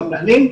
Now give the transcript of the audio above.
המנהלים,